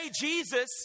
Jesus